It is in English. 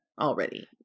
already